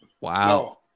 Wow